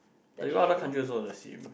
like you go other country also the same